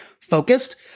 focused